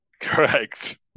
Correct